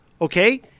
Okay